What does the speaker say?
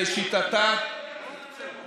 כסיף, תחזור למקומך, בבקשה.